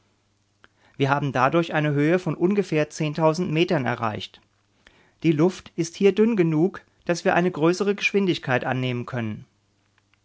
wir haben dadurch eine höhe von ungefähr metern erreicht die luft ist hier dünn genug daß wir eine größere geschwindigkeit annehmen können